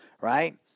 right